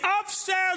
upstairs